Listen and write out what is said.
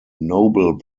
nobel